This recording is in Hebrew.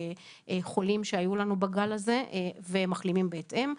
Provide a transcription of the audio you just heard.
חולים שהיו לנו בגל הזה ומחלימים בהתאם.